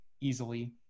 easily